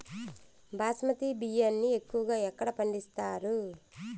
బాస్మతి బియ్యాన్ని ఎక్కువగా ఎక్కడ పండిస్తారు?